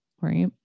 right